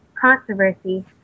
controversy